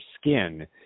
skin